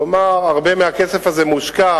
כלומר, הרבה מהכסף הזה מושקע